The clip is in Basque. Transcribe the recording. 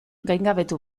gaingabetu